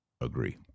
Agree